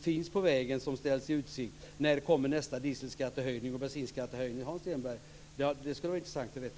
finns på vägarna som ställs i utsikt. När kommer nästa dieselskattehöjning och bensinskattehöjning, Hans Stenberg? Det skulle vara intressant att få veta.